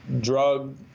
drug